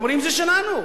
אומרים: זה שלנו.